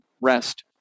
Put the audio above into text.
rest